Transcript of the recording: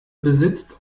besitzt